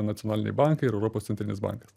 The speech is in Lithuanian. nacionaliniai bankai ir europos centrinis bankas